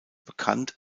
bekannt